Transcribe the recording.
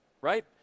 right